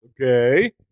Okay